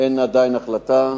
עדיין אין החלטה.